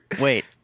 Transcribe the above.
Wait